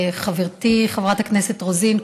חברתי חברת הכנסת רוזין,